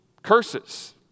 curses